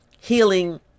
healing